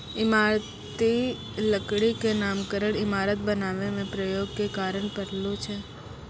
इमारती लकड़ी क नामकरन इमारत बनावै म प्रयोग के कारन परलो छै